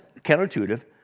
counterintuitive